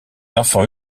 enfants